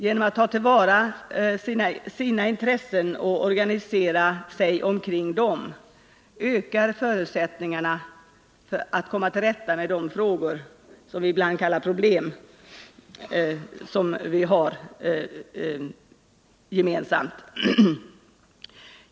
Genom att ta till vara sina intressen och organisera sig omkring dem ökar förutsättningarna att komma till rätta med de frågor som vi ibland kallar problem och som vi har gemensamt.